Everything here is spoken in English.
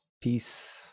Peace